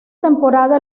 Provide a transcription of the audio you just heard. temporada